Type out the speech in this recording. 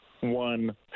one